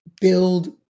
build